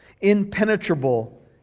impenetrable